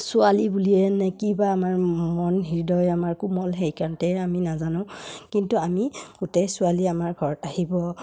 ছোৱালী বুলিয়ে নে কি বা আমাৰ মন হৃদয় আমাৰ কোমল সেইকাৰণতে আমি নাজানো কিন্তু আমি গোটেই ছোৱালী আমাৰ ঘৰত আহিব